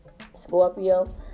Scorpio